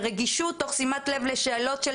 אתה תקבל זכות דיבור, חבר הכנסת שמחה רוטמן.